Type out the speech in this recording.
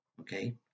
okay